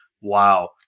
wow